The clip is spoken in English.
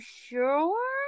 sure